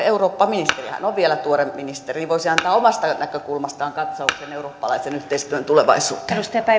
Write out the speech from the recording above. eurooppaministeri hän on vielä tuore ministeri voisi antaa omasta näkökulmastaan katsauksen eurooppalaisen yhteistyön tulevaisuuteen